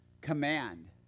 command